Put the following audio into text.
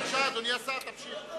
בבקשה, אדוני השר, תמשיך.